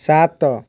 ସାତ